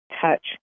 touch